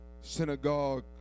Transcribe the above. synagogue